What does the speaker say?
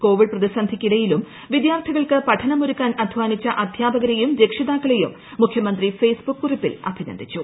Covid പ്രതിസന്ധിയ്ക്കിടയിലും വിദ്യാർത്ഥികൾക്ക് പഠനമൊരുക്കാൻ അദ്ധാനിച്ച അധ്യാപകരേയും രക്ഷിതാക്കളേയും മുഖ്യമന്ത്രി ഫെയ്സ്ബുക് കുറിപ്പിൽ അഭിനന്ദിച്ചു